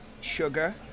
sugar